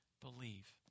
believe